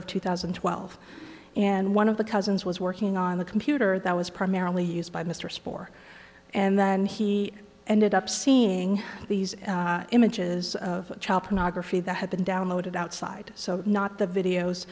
of two thousand and twelve and one of the cousins was working on the computer that was primarily used by mr sport and then he ended up seeing these images of child pornography that had been downloaded outside so not the videos